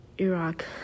Iraq